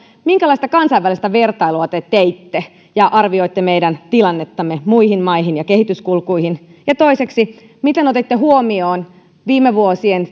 minkälaista kansainvälistä vertailua te teitte ja miten arvioitte meidän tilannettamme muihin maihin ja kehityskulkuihin nähden ja toiseksi miten otitte huomioon viime vuosina